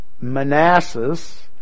Manassas